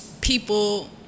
People